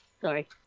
Sorry